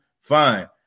Fine